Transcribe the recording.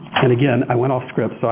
and again, i went off script, so